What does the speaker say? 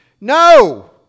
No